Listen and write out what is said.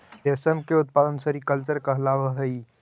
रेशम के उत्पादन सेरीकल्चर कहलावऽ हइ